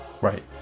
Right